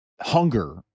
hunger